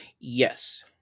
Yes